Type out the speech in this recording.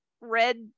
red